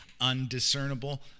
undiscernible